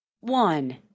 one